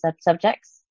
subjects